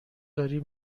داریم